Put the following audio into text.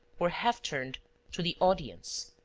or half-turned to the audience.